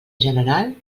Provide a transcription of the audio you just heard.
general